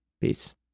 Peace